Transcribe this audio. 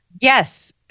Yes